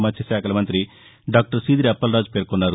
మత్స్యశాఖల మంత్రి డాక్షర్ సీదిరి అప్పలరాజు పేర్కొన్నారు